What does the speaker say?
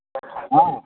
હા